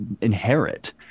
inherit